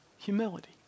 humility